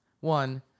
One